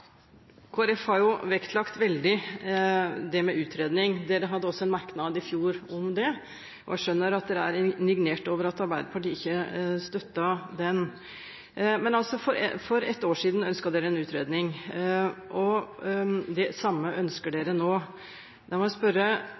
og jeg skjønner at man er indignert over at Arbeiderpartiet ikke støttet den. Men altså – for ett år siden ønsket Kristelig Folkeparti en utredning, og det samme ønsker man nå. La meg spørre: